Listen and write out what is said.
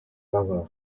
wange